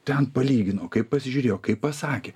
ten palygino kaip pasižiūrėjo kaip pasakė